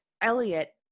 Elliot